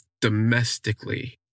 domestically